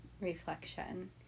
reflection